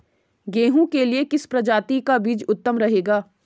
गेहूँ के लिए किस प्रजाति का बीज उत्तम रहेगा?